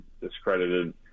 discredited